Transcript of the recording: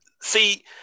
See